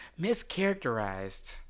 mischaracterized